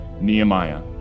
Nehemiah